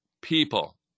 people